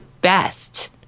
best